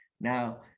now